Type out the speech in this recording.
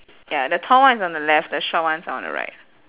ya the tall one is on the left the short one is on the right